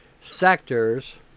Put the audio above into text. sectors